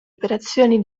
operazioni